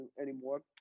anymore